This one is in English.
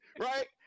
right